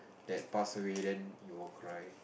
that pass away then you will cry